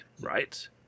right